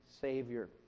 Savior